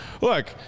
Look